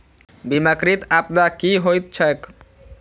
बीमाकृत आपदा की होइत छैक?